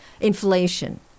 inflation